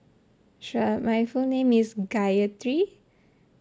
sure my full name is gayathri